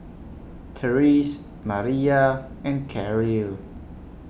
Terese Mariyah and Karyl